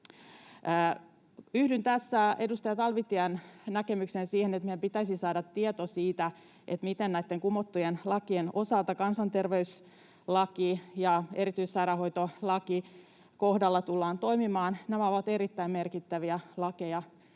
Yhdyn tässä edustaja Talvitien näkemykseen siitä, että meidän pitäisi saada tieto siitä, miten näitten kumottujen lakien, kansanterveyslain ja erityissairaanhoitolain, kohdalla tullaan toimimaan. Nämä ovat erittäin merkittäviä lakeja